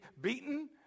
beaten